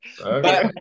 Okay